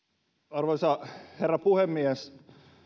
arvoisa herra puhemies